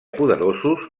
poderosos